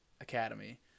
Academy